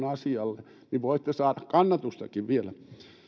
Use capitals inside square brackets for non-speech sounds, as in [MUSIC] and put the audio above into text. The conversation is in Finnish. [UNINTELLIGIBLE] asialle niin voitte saada kannatustakin vielä